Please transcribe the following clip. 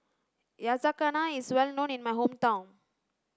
Yakizakana is well known in my hometown